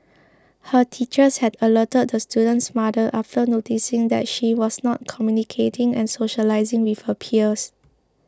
her teachers had alerted the student's mother after noticing that she was not communicating and socialising with her peers